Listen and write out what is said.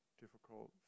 difficult